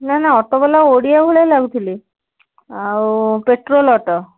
ନା ନା ଅଟୋବାଲା ଓଡ଼ିଆ ଭଳିଆ ଲାଗୁଥିଲେ ଆଉ ପେଟ୍ରୋଲ୍ ଅଟୋ